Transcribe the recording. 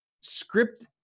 script